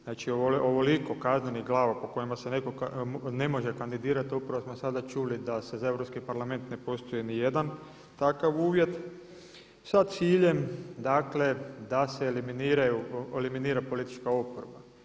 Znači, ovoliko kaznenih glava po kojima se netko ne može kandidirati upravo smo sada čuli da se Europski parlament ne postoji ni jedan takav uvjet sa ciljem dakle da se eliminira politička oporba.